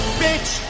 bitch